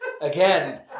Again